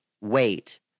wait